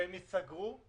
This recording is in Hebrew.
והם ייסגרו,